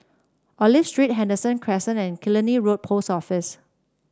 Olive Street Henderson Crescent and Killiney Road Post Office